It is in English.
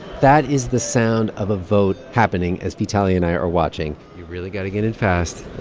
that is the sound of a vote happening as vitaly and i are watching you've really got to get in fast